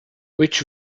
which